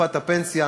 לתקופת הפנסיה,